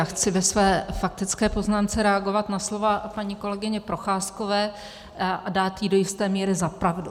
Já chci ve své faktické poznámce reagovat na slova paní kolegyně Procházkové a dát jí do jisté míry za pravdu.